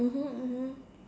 mmhmm mmhmm